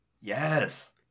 Yes